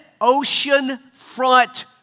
oceanfront